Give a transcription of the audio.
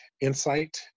insight